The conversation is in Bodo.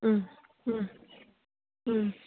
उम उम उम